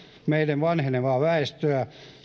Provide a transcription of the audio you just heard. meidän vanhenevaa väestöä